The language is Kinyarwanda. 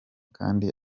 kandi